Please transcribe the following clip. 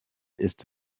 ist